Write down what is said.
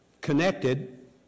connected